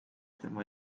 tema